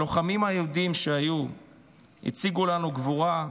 הדבר האחרון: הלוחמים היהודים שהיו הציגו לנו גבורה,